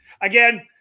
again